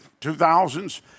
2000s